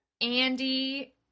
Andy